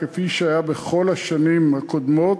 כפי שהיה בכל השנים הקודמות,